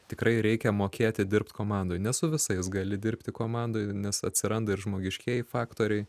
tikrai reikia mokėti dirbt komandoj ne su visais gali dirbti komandoj nes atsiranda ir žmogiškieji faktoriai